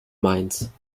mainz